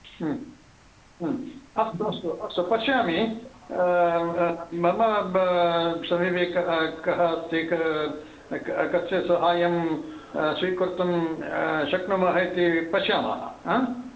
अस्तु अस्तु अस्तु पश्यामि मम समीपे कः अस्ति कस्य साहाय्यं स्वीकर्तुं शक्नुमः इति पश्यामः